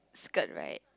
skirt right